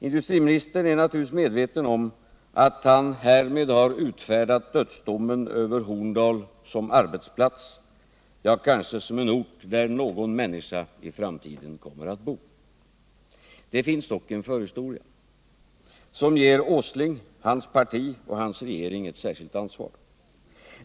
Industriministern är naturligtvis medveten om att han härmed har utfärdat dödsdomen över Horndal som arbetsplats — ja, kanske också som en ort där någon människa i framtiden kommer att bo. Det finns dock en förhistoria, som pålägger herr Åsling, hans parti och hans regering ett särskilt ansvar.